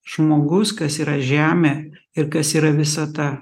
žmogus kas yra žemė ir kas yra visata